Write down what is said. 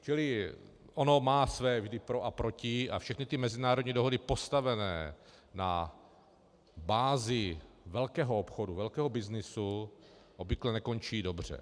Čili to má své vždy pro a proti a všechny mezinárodní dohody postavené na bázi velkého obchodu, velkého byznysu obvykle nekončí dobře.